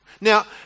Now